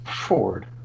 Ford